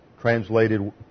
translated